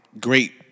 great